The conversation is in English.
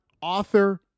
author